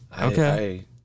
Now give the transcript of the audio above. Okay